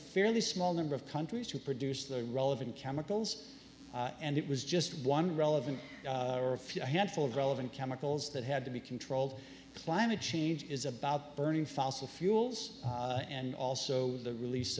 fairly small number of countries to produce the relevant chemicals and it was just one relevant or a few a handful of relevant chemicals that had to be controlled climate change is about burning fossil fuels and also the release